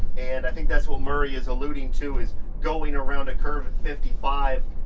and i think that's what murray is alluding to, is going around a curve at fifty five.